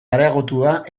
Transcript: areagotua